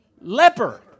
leper